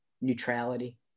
neutrality